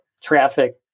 traffic